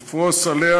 ופרֹוס עליה